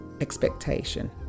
expectation